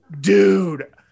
Dude